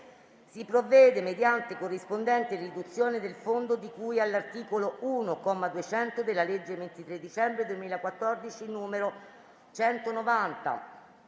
si provvede mediante corrispondente riduzione del fondo di cui all'articolo 1, comma 200, della legge 23 dicembre 2014 n. 190";